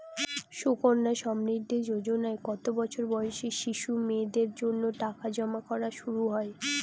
সুকন্যা সমৃদ্ধি যোজনায় কত বছর বয়সী শিশু মেয়েদের জন্য টাকা জমা করা শুরু হয়?